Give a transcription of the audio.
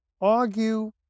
argue